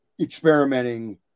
experimenting